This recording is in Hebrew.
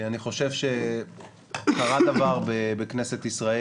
אני חושב שקרה דבר בכנסת ישראל.